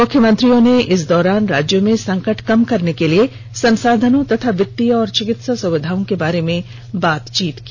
मुख्यमंत्रियों ने इस दौरान राज्यों में संकट कम करने के लिए संसाधनों तथा वित्तीय और चिकित्सा सुविधाओं के बारे में बात की